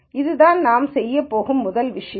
அதுதான் நாம் செய்யப்போகும் முதல் விஷயம்